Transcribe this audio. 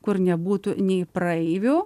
kur nebūtų nei praeivių